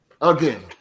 Again